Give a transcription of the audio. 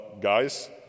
guys